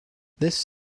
this